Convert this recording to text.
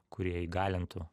kurie įgalintų